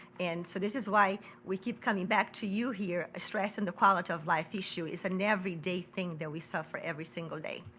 and so this is why we keep coming back to you here, stressing the quality of life issues is an everyday thing that we suffer every single day.